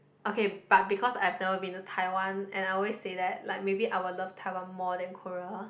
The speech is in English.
okay but because I've never been to Taiwan and I always say that like maybe I will love Taiwan more than Korea